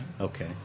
Okay